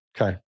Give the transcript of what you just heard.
okay